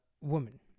woman